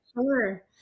Sure